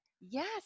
Yes